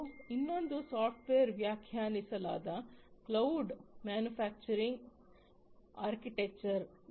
ಮತ್ತು ಇನ್ನೊಂದು ಸಾಫ್ಟ್ವೇರ್ ವ್ಯಾಖ್ಯಾನಿಸಲಾದ ಕ್ಲೌಡ್ ಮ್ಯಾನುಫ್ಯಾಕ್ಚರಿಂಗ್ ಆರ್ಕಿಟೆಕ್ಚರ್